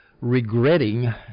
regretting